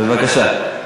בבקשה.